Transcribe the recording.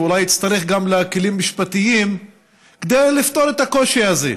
ואולי אצטרך גם לכלים משפטיים כדי לפתור את הקושי הזה.